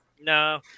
No